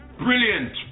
Brilliant